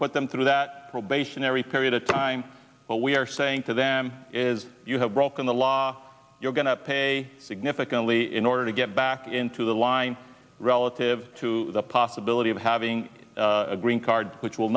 put them through that probationary period of time we are saying to them is you have broken the law you're going to pay significantly in order to get back into the line relative to the possibility of having a green card which will